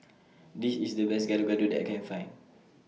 This IS The Best Gado Gado that I Can Find